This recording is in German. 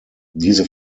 diese